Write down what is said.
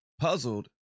puzzled